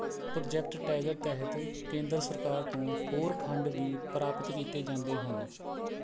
project Tiger ਤਹਿਤ ਕੇਂਦਰ ਸਰਕਾਰ ਤੋਂ ਹੋਰ ਫੰਡ ਵੀ ਪ੍ਰਾਪਤ ਕੀਤੇ ਜਾਂਦੇ ਹਨ